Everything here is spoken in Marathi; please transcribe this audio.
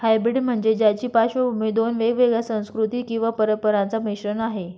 हायब्रीड म्हणजे ज्याची पार्श्वभूमी दोन वेगवेगळ्या संस्कृती किंवा परंपरांचा मिश्रण आहे